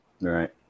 Right